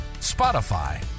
Spotify